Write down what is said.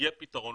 יהיה פיתרון.